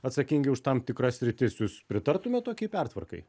atsakingi už tam tikras sritis jūs pritartumėt tokiai pertvarkai